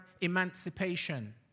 emancipation